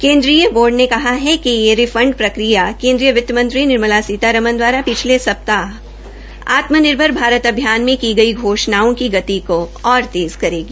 केन्द्रीय प्रत्यक्ष कर बोर्ड ने कहा कि यह रिफंड प्रक्रिया केन्द्रीय वित्तमंत्री निर्मला सीतारमन द्वारा पिछले सप्ताह आत्मनिर्भर भारत अभियान में की गई घोषणाओं की गति को और तेज़ करेगी